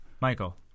Michael